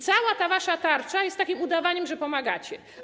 Cała ta wasza tarcza jest takim udawaniem, że pomagacie.